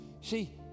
See